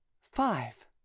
five